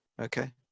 okay